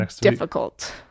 difficult